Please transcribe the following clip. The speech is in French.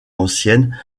anciennes